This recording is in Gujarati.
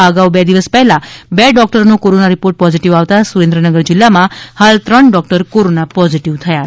આ અગાઉ બે દિવસ પહેલાં બે ડોક્ટરનો કોરોના રિપોર્ટ પણ પોઝિટિવ આવતાં સુરેન્દ્રનગર જિલ્લામાં હાલ ત્રણ ડોક્ટર કોરોના પોઝિટિવ થયા છે